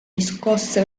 riscosse